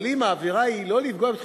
אבל אם העבירה היא לא כדי לפגוע בביטחון